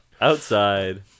outside